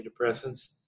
antidepressants